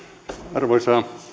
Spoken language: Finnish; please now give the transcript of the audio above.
arvoisa